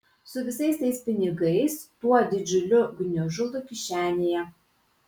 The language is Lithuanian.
su visais tais pinigais tuo didžiuliu gniužulu kišenėje